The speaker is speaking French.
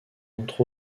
entre